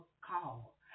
call